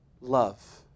love